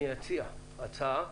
אני אציע הצעה.